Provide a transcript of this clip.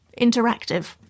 interactive